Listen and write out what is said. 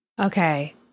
Okay